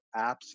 apps